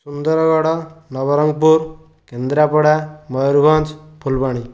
Sundargarh Nabarangpur Kendrapara Mayurbhanj Phulbani